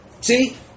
See